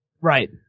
Right